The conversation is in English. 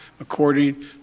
according